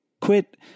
quit